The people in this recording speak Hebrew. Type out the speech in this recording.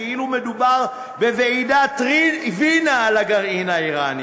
כאילו מדובר בוועידת וינה על הגרעין האיראני.